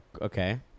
okay